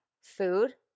Food